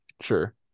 Sure